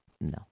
No